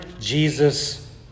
Jesus